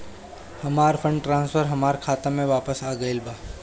हमर fund transfer हमर खाता में वापस आ गईल बा